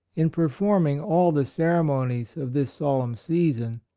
in performing all the cere monies of this solemn season,